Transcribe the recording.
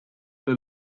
the